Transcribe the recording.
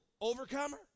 overcomer